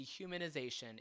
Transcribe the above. dehumanization